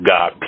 God